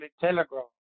Telegraph